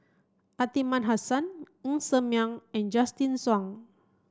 Aliman Hassan Ng Ser Miang and Justin Zhuang